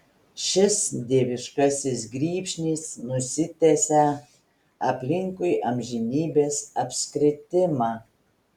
šis dieviškasis grybšnis nusitęsia aplinkui amžinybės apskritimą